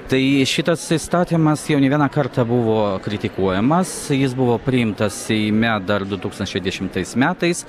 tai šitas įstatymas jau ne vieną kartą buvo kritikuojamas jis buvo priimtas seime dar du tūkstančiai dešimtais metais